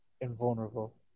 invulnerable